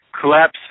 Collapse